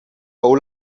fou